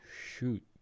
shoot